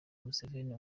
museveni